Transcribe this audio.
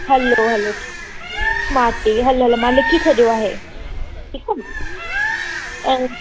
हलो hello smart T V hello hello मां लिखी छॾियो आहे ठीकु